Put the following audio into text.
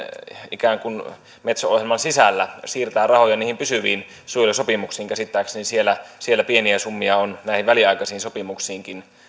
ikään kuin metso ohjelman sisällä siirtää rahoja niihin pysyviin suojelusopimuksiin käsittääkseni siellä siellä pieniä summia on näihin väliaikaisiin sopimuksiinkin